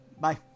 Bye